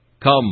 Come